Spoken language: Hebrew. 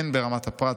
הן ברמת הפרט,